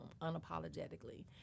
unapologetically